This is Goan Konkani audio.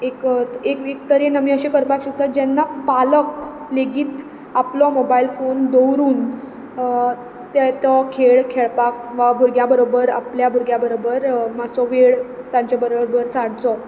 एकत एक वीक तरेन आमी अशें करपाक शकता जेन्ना पालक लेगीत आपलो मोबायल फोन दवरून ते तो खेळ खेळपाक वा भुरग्यां बरोबर आपल्या भुरग्या बरबर मातसो वेळ तांचे बरबर सारचो